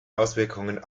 auswirkungen